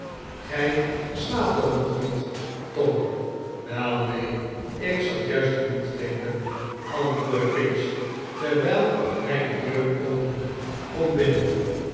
gij slaapt toch nog niet tom wel neenl ik zat juist aan u tedenken antwoordde pinch terwijl hij de deur opende kom binnen